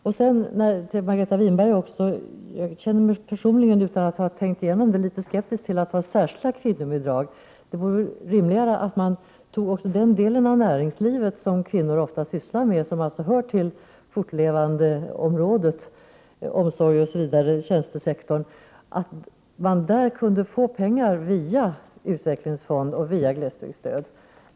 Jag vill till Margareta Winberg säga att jag personligen, utan att ha tänkt igenom det, är litet skeptisk till att införa särskilda kvinnobidrag. Det vore rimligare om man via utvecklingsfonder och glesbygdsstöd kunde få pengar till den del av näringslivet där kvinnor arbetar, dvs. omsorgsområdet, tjänstesektorn m.m.